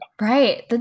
Right